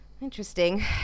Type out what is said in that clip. Interesting